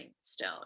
stone